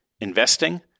investing